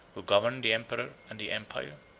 who governed the emperor and the empire.